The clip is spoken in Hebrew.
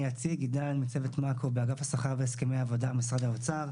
אני עידן מצוות מקרו באגף השכר והסכמי העבודה במשרד האוצר.